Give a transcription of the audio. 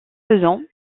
faisant